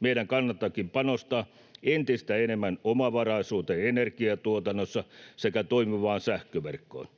Meidän kannattaakin panostaa entistä enemmän omavaraisuuteen energiantuotannossa sekä toimivaan sähköverkkoon.